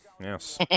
Yes